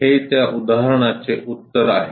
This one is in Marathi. हे त्या उदाहरणाचे उत्तर आहे